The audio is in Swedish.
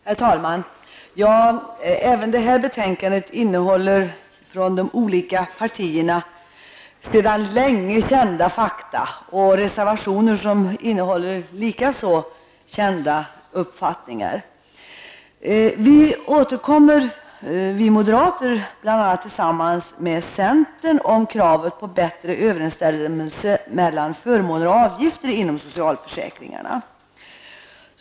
Herr talman! Även det här betänkandet innehåller sedan länge kända meningar uttalade från de olika partierna samt reservationer där man också ger uttryck för redan kända uppfattningar. Vi moderater återkommer här bl.a. tillsammans med centern med en reservation som innehåller krav på en bättre överensstämmelse mellan förmåner och avgifter inom socialförsäkringssystemet.